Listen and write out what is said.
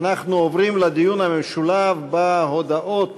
אנחנו עוברים לדיון המשולב בהודעות